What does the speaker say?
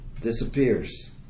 disappears